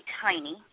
tiny